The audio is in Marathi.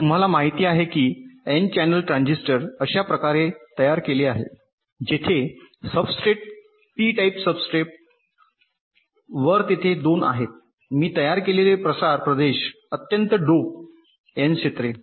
तर तुम्हाला माहिती आहे की एन चॅनेल ट्रान्झिस्टर अशा प्रकारे तयार केले आहे जेथे सबस्ट्रेट पी टाइप सबस्ट्रेट वर तेथे 2 आहेत मी तयार केलेले प्रसार प्रदेश अत्यंत डोप्ड एन क्षेत्रे